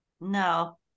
no